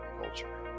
culture